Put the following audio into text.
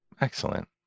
Excellent